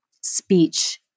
speech